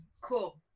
Cool